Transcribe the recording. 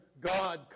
God